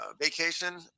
vacation